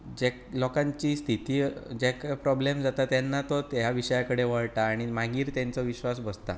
लोकांची स्थिती जाका प्रोब्लम जाता तेन्ना तो ह्या विशया कडेन वळटा आनी मागीर तांचो विश्वास बसता